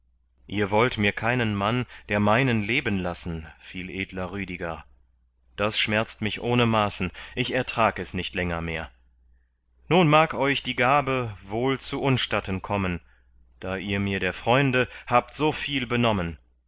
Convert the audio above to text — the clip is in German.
ihr wollt mir keinen mann der meinen leben lassen viel edler rüdiger das schmerzt mich ohne maßen ich ertrag es nicht länger mehr nun mag euch eure gabe wohl zu unstatten kommen da ihr mir der freunde habt so viel benommen